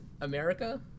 America